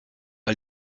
all